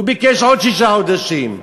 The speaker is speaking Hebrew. הוא ביקש עוד שישה חודשים.